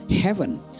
heaven